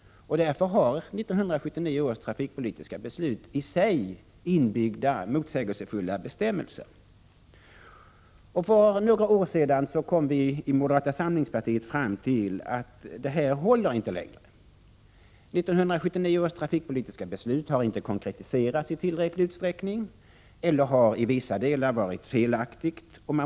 Därför har det beslutet i sig inbyggt motsägelsefulla bestämmelser. För några år sedan kom vi i moderata samlingspartiet fram till att det inte håller längre. 1979 års trafikpolitiska beslut har inte konkretiserats i tillräcklig utsträckning eller i vissa delar varit felaktigt.